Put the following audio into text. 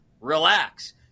Relax